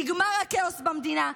נגמר הכאוס במדינה.